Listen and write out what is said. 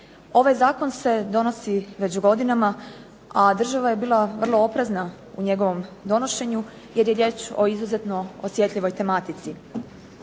Ovaj zakon se donosi već godinama a država je bila vrlo oprezna u njegovom donošenju jer je riječ o izuzetno osjetljivoj tematici.